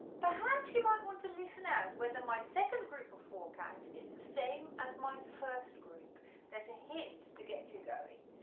perhaps you might want to listen out whether my second group of four counts is the same as my first group there's a hint to get you going,